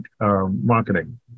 marketing